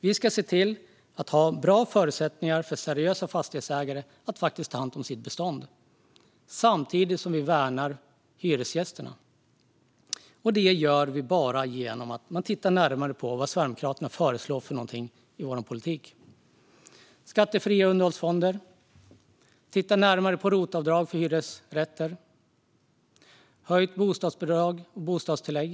Vi ska se till att det finns bra förutsättningar för seriösa fastighetsägare att faktiskt ta hand om sitt bestånd, samtidigt som vi värnar hyresgästerna. Det gör vi bara genom att titta närmare på vad Sverigedemokraterna föreslår. Det är alltså fråga om skattefria underhållsfonder, att titta närmare på rotavdrag för hyresrätter och höjt bostadsbidrag och bostadstillägg.